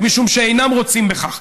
משום שאינם רוצים בכך.